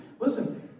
listen